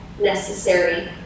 necessary